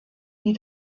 die